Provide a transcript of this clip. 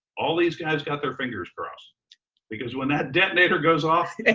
all these guys got their fingers crossed, because when that detonator goes off, and